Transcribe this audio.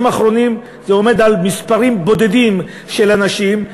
האחרונים זה עומד על מספרים בודדים של אנשים.